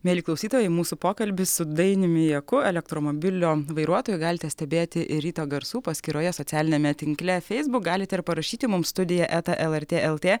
mieli klausytojai mūsų pokalbį su dainiumi jaku elektromobilio vairuotoju galite stebėti ir ryto garsų paskyroje socialiniame tinkle facebook galit ir parašyti mums studija eta lrt lt